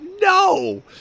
no